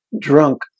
drunk